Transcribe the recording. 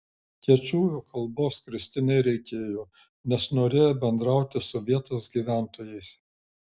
kečujų kalbos kristinai reikėjo nes norėjo bendrauti su vietos gyventojais